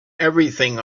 everything